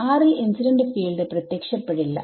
ൽ incident field പ്രത്യക്ഷപ്പെടില്ല